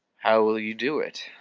how will you do it?